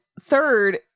third